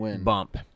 bump